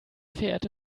verehrte